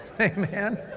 Amen